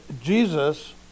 Jesus